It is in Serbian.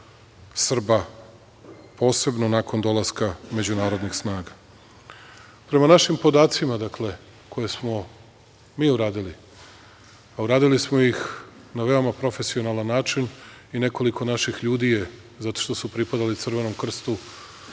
Srba, posebno nakon dolaska međunarodnih snaga. Prema našim podacima koje smo mi uradili, a uradili smo ih na veoma profesionalan način i nekoliko naših ljudi je, zato što su pripadali Crvenom krstu,